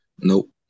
Nope